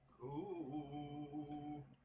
Cool